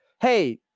hey